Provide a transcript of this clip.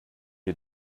had